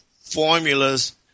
formulas